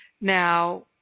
Now